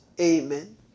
Amen